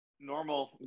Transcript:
normal